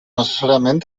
necessàriament